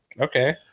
Okay